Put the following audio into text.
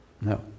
no